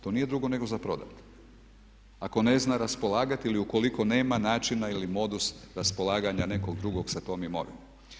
To nije drugo nego za prodati, ako ne zna raspolagati ili ukoliko nema načina ili modus raspolaganja nekog drugog sa tom imovinom.